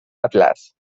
atlas